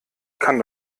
kann